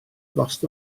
gost